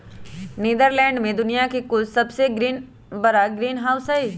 Netherlands में दुनिया के कुछ सबसे बड़ा ग्रीनहाउस हई